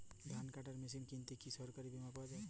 ধান কাটার মেশিন কিনতে কি সরকারী বিমা পাওয়া যায়?